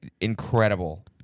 incredible